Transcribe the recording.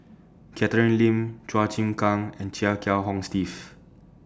Catherine Lim Chua Chim Kang and Chia Kiah Hong Steve